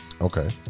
Okay